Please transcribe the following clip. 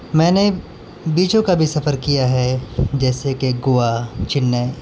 میں نے بیچو کا بھی سفر کیا ہے جیسے کہ گوا چنئی